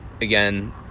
Again